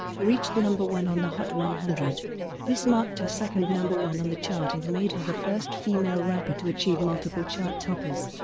reached number one on the hot one hundred this marked her second number one on the chart and made her the first female rapper to achieve multiple chart-toppers.